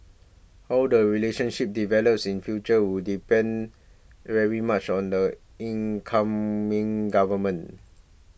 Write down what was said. how the relationship develops in future will depend very much on the incoming government